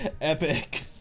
Epic